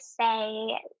say